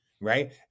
right